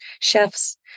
chefs